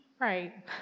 right